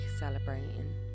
celebrating